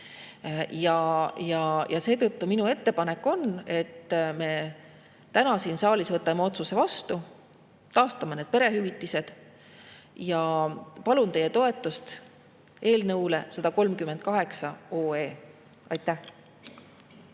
ja seetõttu on minu ettepanek, et me täna siin saalis võtame otsuse vastu ja taastame need perehüvitised. Palun teie toetust eelnõule 138. Aitäh!